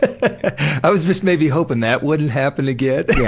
ah i was just maybe hoping that wouldn't happen again. yeah.